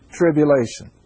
tribulation